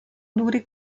duri